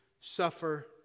suffer